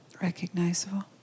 recognizable